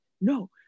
no